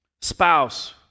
spouse